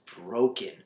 broken